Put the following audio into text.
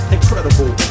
Incredible